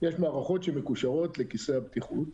יש מערכות שמקושרות לכיסא הבטיחות.